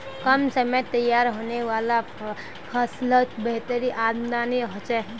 कम समयत तैयार होने वाला ला फस्लोत बेहतर आमदानी होछे